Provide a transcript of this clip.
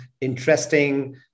interesting